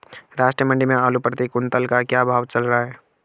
राष्ट्रीय मंडी में आलू प्रति कुन्तल का क्या भाव चल रहा है?